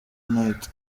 night